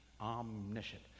omniscient